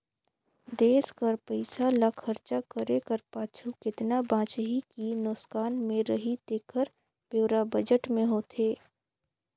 देस कर पइसा ल खरचा करे कर पाछू केतना बांचही कि नोसकान में रही तेकर ब्योरा बजट में होथे